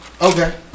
Okay